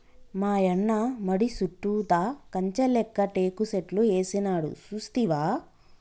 మాయన్న మడి సుట్టుతా కంచె లేక్క టేకు సెట్లు ఏసినాడు సూస్తివా